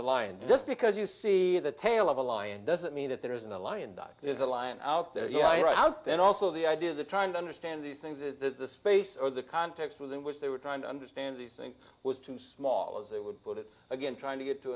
a lion just because you see the tail of a lion doesn't mean that there isn't a lion that there's a lion out there you are out then also the idea of the trying to understand these things is that the space or the context within which they were trying to understand these things was too small as they would put it again trying to get to